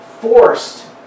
forced